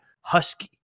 husky